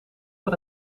van